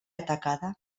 atacada